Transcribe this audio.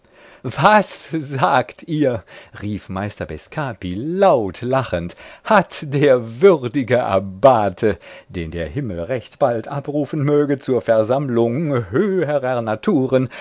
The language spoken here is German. was sagt ihr rief meister bescapi laut lachend hat der würdige abbate den der himmel recht bald abrufen möge zur versammlung höherer naturen